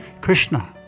Krishna